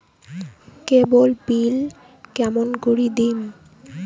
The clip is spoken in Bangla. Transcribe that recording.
কেবল বিল কেমন করি দিম?